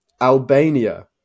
Albania